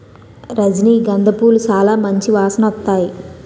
రజనీ గంధ పూలు సాలా మంచి వాసనొత్తాయి